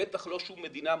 בטח לא שום מדינה מערבית,